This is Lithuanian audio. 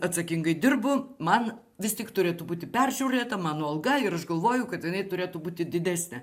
atsakingai dirbu man vis tik turėtų būti peržiūrėta mano alga ir aš galvoju kad jinai turėtų būti didesnė